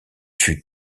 fut